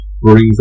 brings